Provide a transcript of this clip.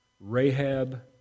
Rahab